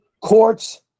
courts